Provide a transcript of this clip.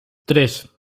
tres